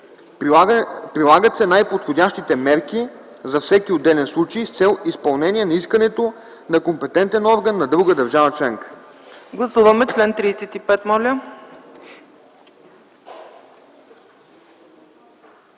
Прилагат се най-подходящите мерки за всеки отделен случай с цел изпълнение на искането на компетентен орган на друга държава членка.”